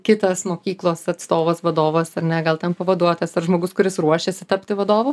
kitas mokyklos atstovas vadovas ar ne gal ten pavaduotojas ar žmogus kuris ruošiasi tapti vadovu